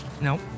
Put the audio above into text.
no